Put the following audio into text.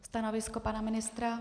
Stanovisko pana ministra?